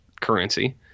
currency